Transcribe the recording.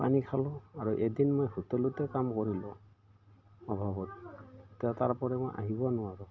পানী খালোঁ আৰু এদিন মই হোটেলতে কাম কৰিলোঁ অভাৱত এতিয়া তাৰপৰা মই আহিব নোৱাৰোঁ